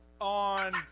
on